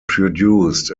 produced